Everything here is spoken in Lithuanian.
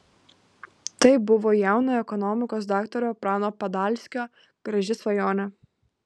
tai buvo jauno ekonomikos daktaro prano padalskio graži svajonė